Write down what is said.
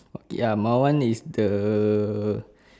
ya my one is the